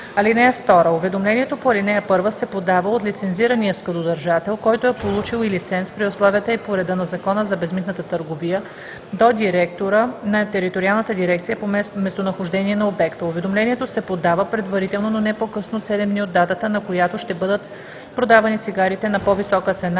къса. (2) Уведомлението по ал. 1 се подава от лицензирания складодържател, който е получил и лиценз при условията и по реда на Закона за безмитната търговия, до директора на териториалната дирекция по местонахождение на обекта. Уведомлението се подава предварително, но не по-късно от 7 дни от датата, на която ще бъдат продавани цигарите на по-висока цена